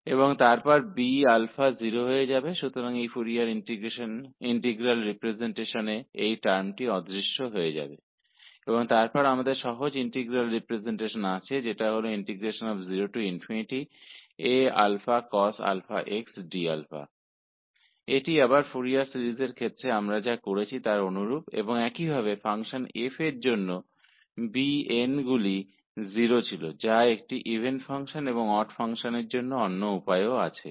और फिर Bα 0 हो जाएगा इसलिए इस फोरियर इंटीग्रल रिप्रजेंटेशन में यह पद समाप्त हो जाएगा और फिर हमें सरल इंटीग्रल रिप्रजेंटेशन मिलता है जो इस प्रकार है 0 Acosx d यह वैसा ही है जैसा हमने फोरियर सीरीज के मामले में देखा था और इसी तरह फ़ंक्शन f जो एक इवन फ़ंक्शन है के लिए भी bns 0 होगा और ओड फ़ंक्शन के लिए भी दूसरा रास्ता है